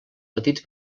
petits